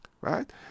Right